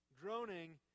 Droning